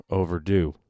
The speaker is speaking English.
overdue